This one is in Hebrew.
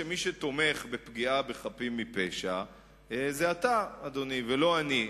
מי שתומך בפגיעה בחפים מפשע זה אתה ולא אני.